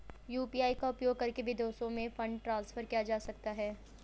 UPI का उपयोग करके विदेशों में फंड ट्रांसफर किया जा सकता है?